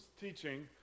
teaching